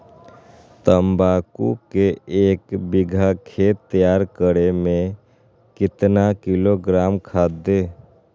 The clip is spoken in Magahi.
तम्बाकू के एक बीघा खेत तैयार करें मे कितना किलोग्राम खाद दे?